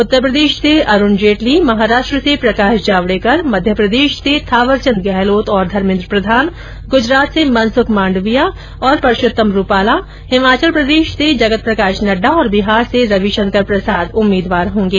उत्तरप्रदेश से अरूण जेटली महाराष्ट्र से प्रकाश जावडेकर मध्यप्रदेश से थावरचन्द गहलोत और धमेन्द्र प्रधान गुजरात से मनसुख माण्डविया और परषोत्तम रूपाला हिमाचल प्रदेश से जगत प्रकाश नड्डा और बिहार से रवि शंकर प्रसाद उम्मीदवार होंगे